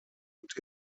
und